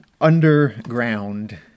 underground